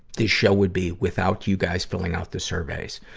this show would be without you guys filling out the surveys.